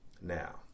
Now